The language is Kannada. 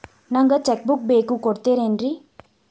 ನಂಗ ಚೆಕ್ ಬುಕ್ ಬೇಕು ಕೊಡ್ತಿರೇನ್ರಿ?